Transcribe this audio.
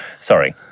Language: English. Sorry